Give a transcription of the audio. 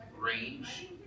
range